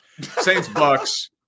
Saints-Bucks